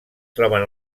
troben